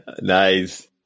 Nice